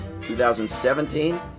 2017